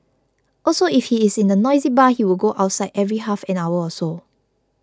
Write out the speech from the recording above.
also if he is in a noisy bar he would go outside every half an hour or so